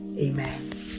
Amen